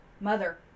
mother